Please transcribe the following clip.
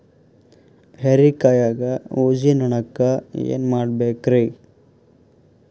ಹೇರಿಕಾಯಾಗ ಊಜಿ ನೋಣಕ್ಕ ಏನ್ ಮಾಡಬೇಕ್ರೇ?